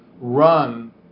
run